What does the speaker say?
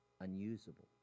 unusable